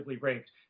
raped